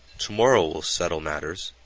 tomorrow we'll settle matters.